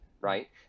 Right